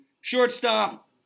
Shortstop